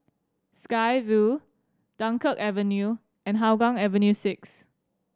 Sky Vue Dunkirk Avenue and Hougang Avenue Six